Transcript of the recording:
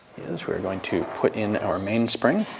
is we're going to put in our mainspring.